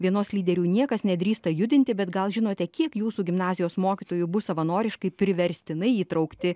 vienos lyderių niekas nedrįsta judinti bet gal žinote kiek jūsų gimnazijos mokytojų bus savanoriškai priverstinai įtraukti